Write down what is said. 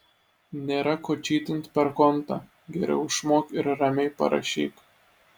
nėra ko čytint per kontą geriau išmok ir ramiai parašyk